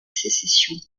sécession